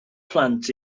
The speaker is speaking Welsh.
plant